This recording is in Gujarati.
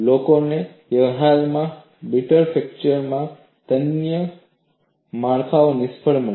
લોકોને વ્યવહારમાં બ્રિટલ ફ્રેક્ચર માં તન્ય માળખાં નિષ્ફળ મળ્યાં